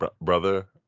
brother